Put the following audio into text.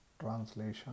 Translation